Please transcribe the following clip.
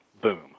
boom